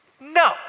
No